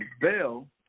Bell